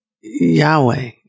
Yahweh